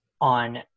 on